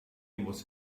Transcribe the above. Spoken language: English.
was